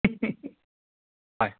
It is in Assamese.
হয়